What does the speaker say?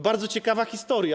Bardzo ciekawa historia.